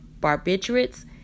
barbiturates